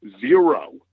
zero